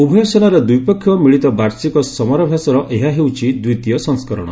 ଉଭୟ ସେନାର ଦ୍ୱିପକ୍ଷ ମିଳିତ ବାର୍ଷିକ ସମାରାଭ୍ୟାସର ଏହି ହେଉଛି ଦ୍ୱିତୀୟ ସଂସ୍କରଣ